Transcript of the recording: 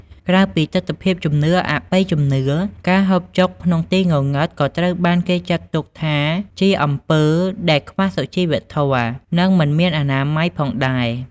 ក្រៅពីទិដ្ឋភាពជំនឿអបិយជំនឿ ការហូបចុកក្នុងទីងងឹតក៏ត្រូវបានគេចាត់ទុកថាជាអំពើដែល ខ្វះសុជីវធម៌ និង មិនមានអនាម័យ ផងដែរ ។